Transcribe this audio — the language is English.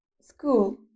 school